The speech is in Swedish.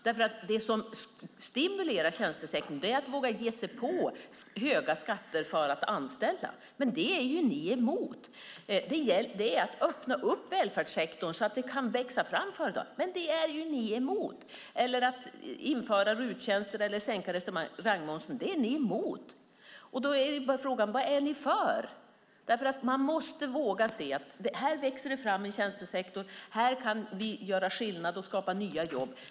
Det som stimulerar tjänstesektorn är att våga ge sig på höga skatter för att företag ska kunna anställa. Men det är ju ni emot. Det är att öppna upp välfärdssektorn så att det kan växa fram företag. Men det är ju ni emot. Man kan införa RUT-tjänster eller sänka restaurangmomsen. Det är ni emot. Då är frågan: Vad är ni för? Man måste våga se: Här växer det fram en tjänstesektor. Här kan vi göra skillnad och skapa nya jobb.